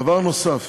דבר נוסף,